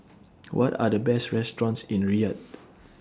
What Are The Best restaurants in Riyadh